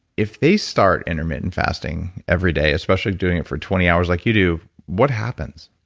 if they start intermittent fasting every day, especially doing it for twenty hours like you do, what happens?